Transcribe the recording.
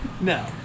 No